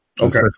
okay